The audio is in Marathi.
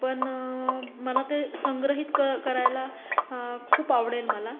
पण मला ते संग्रहित क् करायला खूप आवडेल मला